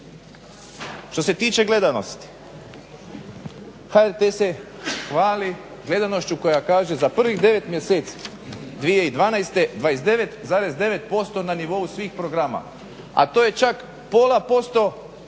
Što se tiče gledanosti? HRT se hvali gledanošću koja kaže za prvih devet mjeseci 2012. 29,9% na nivou svih programa a to je čak pola posto